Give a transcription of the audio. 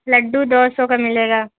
لڈو دو سو کا ملے گا